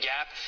Gap